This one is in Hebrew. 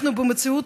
אנחנו במציאות